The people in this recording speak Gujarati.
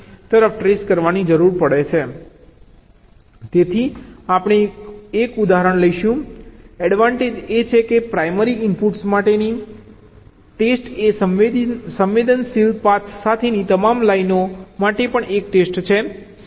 તેથી આપણે એક ઉદાહરણ લઈશું એડવાન્ટેજ એ છે કે પ્રાઇમરી ઇનપુટ માટેની ટેસ્ટ એ સંવેદનશીલ પાથ સાથેની તમામ લાઈનઓ માટે પણ એક ટેસ્ટ છે શા માટે